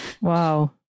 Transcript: Wow